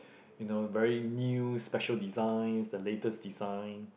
you know very new special design the latest design